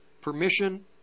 permission